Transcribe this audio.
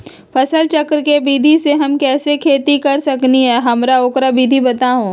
फसल चक्र के विधि से हम कैसे खेती कर सकलि ह हमरा ओकर विधि बताउ?